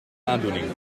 aandoening